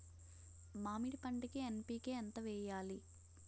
మామిడి పంటకి ఎన్.పీ.కే ఎంత వెయ్యాలి?